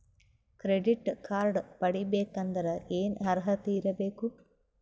Credit card ಪಡಿಬೇಕಂದರ ಏನ ಅರ್ಹತಿ ಇರಬೇಕು?